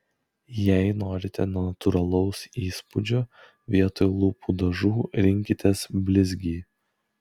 jei norite natūralaus įspūdžio vietoj lūpų dažų rinkitės blizgį